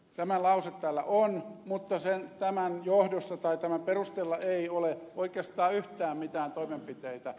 tämä lause täällä on mutta tämän johdosta tai tämän perusteella ei ole oikeastaan yhtään mitään toimenpiteitä